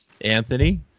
Anthony